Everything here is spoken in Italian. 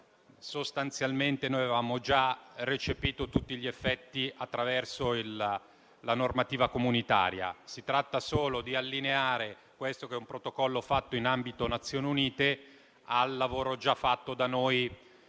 sostanzialmente noi avevamo già recepito tutti gli effetti attraverso la normativa comunitaria; si tratta solo di allineare questo, che è un protocollo fatto nell'ambito delle Nazioni Unite, al lavoro già fatto da noi